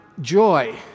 joy